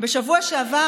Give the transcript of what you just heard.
בשבוע שעבר,